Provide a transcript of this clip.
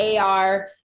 AR